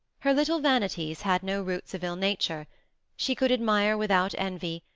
her little vanities had no roots of ill-nature she could admire without envy,